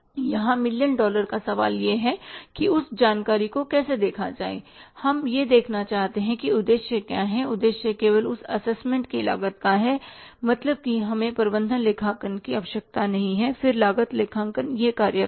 यहां million dollar का सवाल यह है कि उस जानकारी को कैसे देखा जाए हम यह देखना चाहते हैं कि उद्देश्य क्या है उद्देश्य केवल उस असेसमेंट की लागत है मतलब कि हमें प्रबंधन लेखांकन की आवश्यकता नहीं है फिर लागत लेखांकन यह कार्य करेगी